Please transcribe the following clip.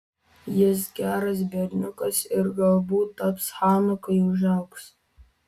jis geras berniukas ir galbūt taps chanu kai užaugs